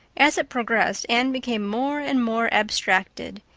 as it progressed anne became more and more abstracted,